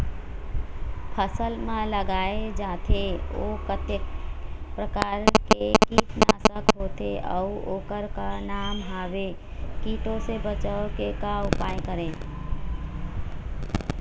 फसल म लगाए जाथे ओ कतेक प्रकार के कीट नासक होथे अउ ओकर का नाम हवे? कीटों से बचाव के का उपाय करें?